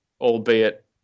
albeit